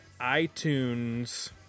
iTunes